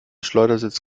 schleudersitz